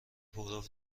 پرو